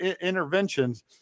interventions